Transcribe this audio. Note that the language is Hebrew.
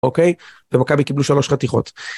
אוקיי? ומכבי קיבלו שלוש חתיכות.